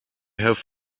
have